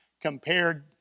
compared